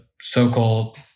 so-called